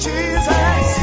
Jesus